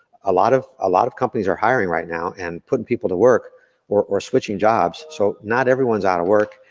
ah lot of ah lot of companies are hiring right now and putting people to work or or switching jobs. so not everyone's out of work.